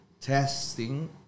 testing